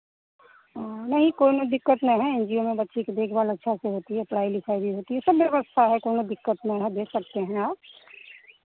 नहीं कौनो दिक्कत नहीं है एन जी ओ में बच्चे की देखभाल अच्छा से होती है पढ़ाई लिखाई भी होती है सब व्यवस्था है कौनो दिक्कत नहीं है दे सकते हैं आप